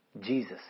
Jesus